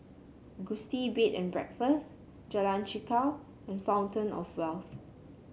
Gusti Bed and Breakfast Jalan Chichau and Fountain Of Wealth